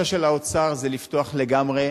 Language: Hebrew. הבקשה של האוצר זה לפתוח לגמרי,